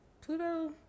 Pluto